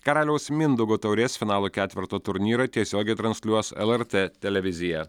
karaliaus mindaugo taurės finalo ketverto turnyrą tiesiogiai transliuos lrt televizija